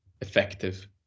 Effective